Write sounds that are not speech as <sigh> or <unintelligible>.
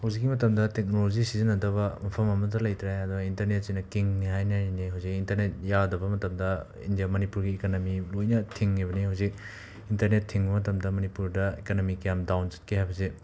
ꯍꯧꯖꯤꯛꯀꯤ ꯃꯇꯝꯗ ꯇꯦꯛꯅꯣꯂꯣꯖꯤ ꯁꯤꯖꯤꯟꯅꯗꯕ ꯃꯐꯝ ꯑꯃꯠꯇ ꯂꯩꯇ꯭ꯔꯦ <unintelligible> ꯏꯟꯇꯔꯅꯦꯠꯁꯤꯅ ꯀꯤꯡꯅꯦ ꯍꯥꯏꯅꯔꯤꯅꯤ ꯍꯧꯖꯤꯛ ꯏꯟꯇꯔꯅꯦꯠ ꯌꯥꯗꯕ ꯃꯇꯝꯗ ꯏꯟꯗ꯭ꯌꯥ ꯃꯅꯤꯄꯨꯔꯒꯤ ꯏꯀꯅꯃꯤ ꯂꯣꯏꯅ ꯊꯤꯡꯉꯤꯕꯅꯤ ꯍꯧꯖꯤꯛ ꯏꯟꯇꯔꯅꯦꯠ ꯊꯤꯡꯕ ꯃꯇꯝꯗ ꯃꯅꯤꯄꯨꯔꯗ ꯏꯀꯅꯃꯤ ꯀ꯭ꯌꯥꯝ ꯗꯥꯎꯟ ꯆꯠꯀꯦ ꯍꯥꯏꯕꯁꯦ